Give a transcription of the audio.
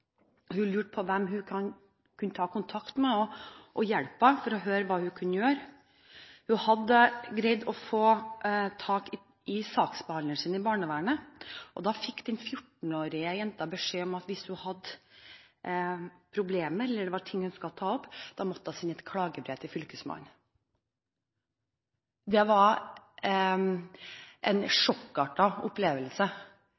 Hun lurte på hvem hun kunne ta kontakt med, og som kunne ha hjulpet henne, for å høre hva hun kunne gjøre. Hun hadde greid å få tak i saksbehandleren sin i barnevernet. Da fikk den fjortenårige jenta beskjed om at hvis hun hadde problemer, eller det var ting hun ønsket å ta opp, måtte hun sende et klagebrev til Fylkesmannen. Det var en